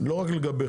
לא רק לגביכם,